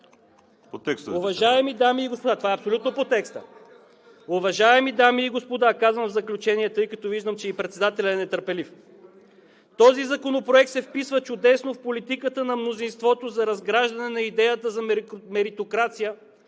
го да говори!“) Това е абсолютно по текста. Уважаеми дами и господа, казвам го в заключение, тъй като виждам, че и председателят е нетърпелив, този законопроект се вписва чудесно в политиката на мнозинството за разграждане на идеята за меритокрация,